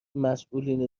مسئولین